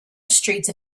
streets